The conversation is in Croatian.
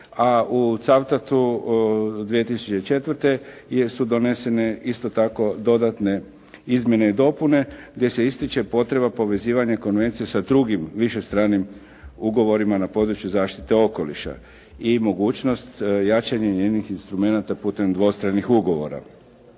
A u Cavtatu 2004. su donesene isto tako dodatne izmjene i dopune gdje se ističe potreba povezivanja konvencija sa drugim, višestranim ugovorima na području zaštite okoliša i mogućnost jačanja njenih instrumenata putem dvostranih ugovora.